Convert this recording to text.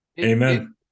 Amen